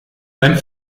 sein